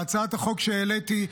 בהצעת החוק שהעליתי,